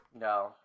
No